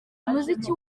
umuziki